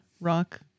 rock